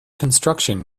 construction